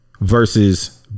versus